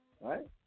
right